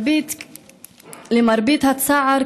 למרבית הצער,